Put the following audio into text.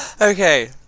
Okay